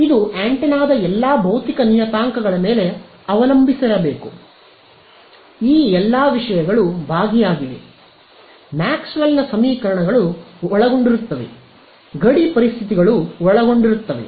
ಇದು ಆಂಟೆನಾದ ಎಲ್ಲಾ ಭೌತಿಕ ನಿಯತಾಂಕಗಳ ಮೇಲೆ ಅವಲಂಬಿಸಿರಬೇಕು ಈ ಎಲ್ಲಾ ವಿಷಯಗಳು ಭಾಗಿಯಾಗಿವೆ ಮ್ಯಾಕ್ಸ್ವೆಲ್ನ ಸಮೀಕರಣಗಳು ಒಳಗೊಂಡಿರುತ್ತವೆ ಗಡಿ ಪರಿಸ್ಥಿತಿಗಳು ಒಳಗೊಂಡಿರುತ್ತವೆ